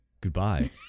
Goodbye